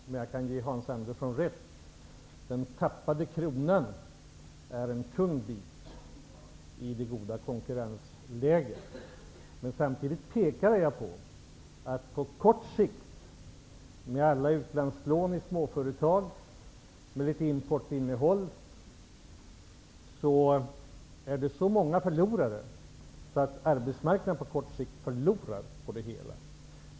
Men jag kan ge Hans Andersson rätt i att den fallande kronan har stor del i det goda konkurrensläget. Samtidigt pekar jag på det förhållandet att alla småföretag, som har tagit utlandslån och dessutom importerar varor, blir förlorare. Det leder i sin tur till att arbetsmarknaden på kort sikt förlorar på det hela.